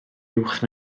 uwch